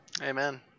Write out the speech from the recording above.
Amen